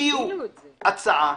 הביאו הצעה,